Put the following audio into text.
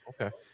okay